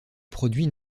produit